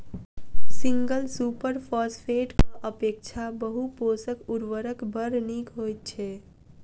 single super फौसफेटक अपेक्षा बहु पोषक उर्वरक बड़ नीक होइत छै